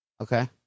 Okay